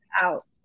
out